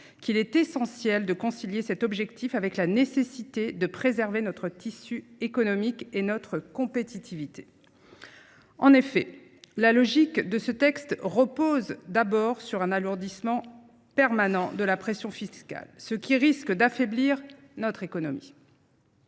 qu’il est essentiel de concilier cet objectif avec la nécessité de préserver notre tissu économique et notre compétitivité. En effet, la logique de ce texte repose d’abord sur un alourdissement permanent de la pression fiscale, ce qui risque d’affaiblir notre économie.